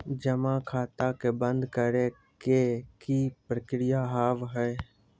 जमा खाता के बंद करे के की प्रक्रिया हाव हाय?